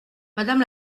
madame